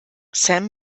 sam